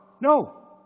No